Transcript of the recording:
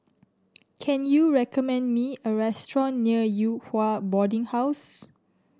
can you recommend me a restaurant near Yew Hua Boarding House